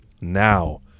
now